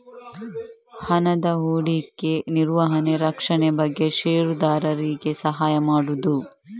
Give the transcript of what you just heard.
ಹಣದ ಹೂಡಿಕೆ, ನಿರ್ವಹಣೆ, ರಕ್ಷಣೆ ಬಗ್ಗೆ ಷೇರುದಾರರಿಗೆ ಸಹಾಯ ಮಾಡುದು